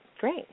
Great